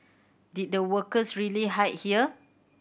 did the workers really hide here